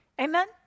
Amen